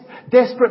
Desperate